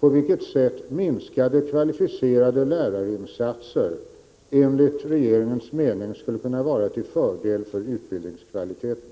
på vilket sätt minskade kvalificerade lärarinsatser enligt regeringens mening skulle kunna vara till fördel för utbildningskvaliteten.